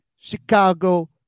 Chicago